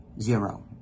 zero